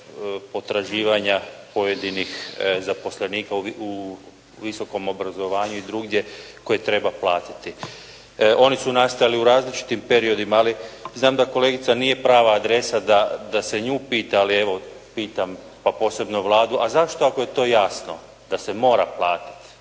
potraživanja pojedinih zaposlenika u visokom obrazovanju i drugdje koje treba platiti. Oni su nastali u različitim periodima, ali znam da kolegica nije prava adresa da se nju pita, ali evo pitam pa posebno Vladu. A zašto ako je to jasno da se to mora platiti,